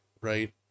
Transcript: right